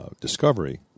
discovery